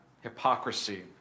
hypocrisy